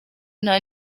nta